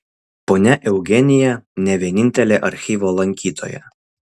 ponia eugenija ne vienintelė archyvo lankytoja